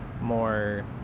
more